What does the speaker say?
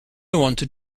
wanted